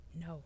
no